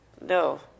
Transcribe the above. no